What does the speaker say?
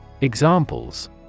Examples